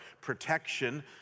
protection